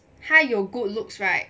他有 good looks right